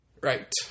Right